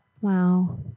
Wow